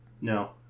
No